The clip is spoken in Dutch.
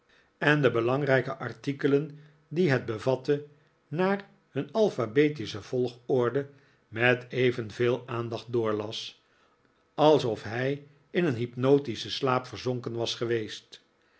en de belangrijke artikelen die het bevatte naar hun alphabetische volgorde met evenveel aandacht doorlas alsof hij in een hypnotischen slaap verzonken was geweest